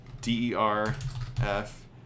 D-E-R-F